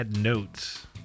Notes